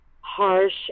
harsh